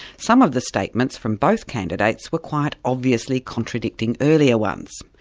some of the statements from both candidates were quite obviously contradicting earlier ones.